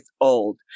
old